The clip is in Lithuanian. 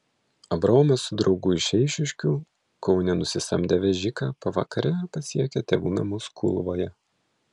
abraomas su draugu iš eišiškių kaune nusisamdę vežiką pavakare pasiekė tėvų namus kulvoje